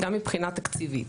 גם מבחינה תקציבית.